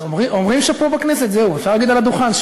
אומרים שאפשר להגיד פה על הדוכן,